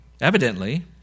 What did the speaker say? Evidently